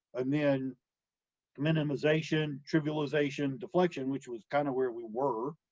and then minimization trivialization deflection, which was kind of where we were,